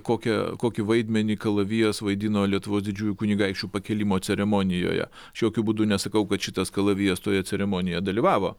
kokią kokį vaidmenį kalavijas vaidino lietuvos didžiųjų kunigaikščių pakėlimo ceremonijoje aš jokiu būdu nesakau kad šitas kalavijas toje ceremonijoje dalyvavo